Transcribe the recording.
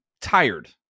tired